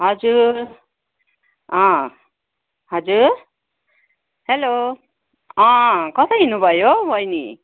हजुर हजुर हेलो कता हिँड्नु भयो हो बहिनी